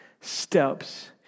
steps